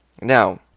Now